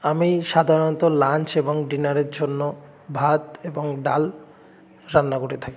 আমি সাধারণত লাঞ্চ এবং ডিনারের জন্য ভাত এবং ডাল রান্না করে থাকি